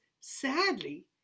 sadly